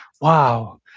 Wow